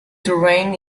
terrain